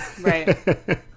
Right